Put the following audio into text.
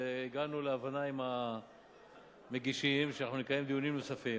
והגענו להבנה עם המגישים שאנחנו נקיים דיונים נוספים.